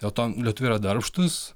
dėl to lietuviai yra darbštūs